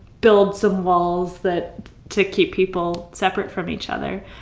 build some walls that to keep people separate from each other.